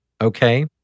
okay